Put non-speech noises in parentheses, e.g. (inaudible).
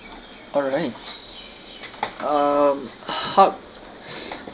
all right um haq (breath)